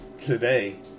today